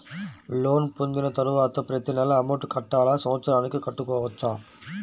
Loan పొందిన తరువాత ప్రతి నెల అమౌంట్ కట్టాలా? సంవత్సరానికి కట్టుకోవచ్చా?